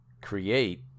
create